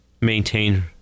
maintain